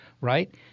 right